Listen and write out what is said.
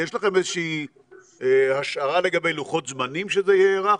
יש לכם איזה שהיא השערה לגבי לוחות זמנים שזה יארך?